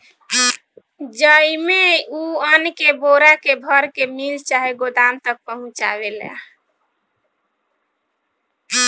जेइमे, उ अन्न के बोरा मे भर के मिल चाहे गोदाम तक पहुचावेला